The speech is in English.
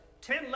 ten